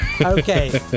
okay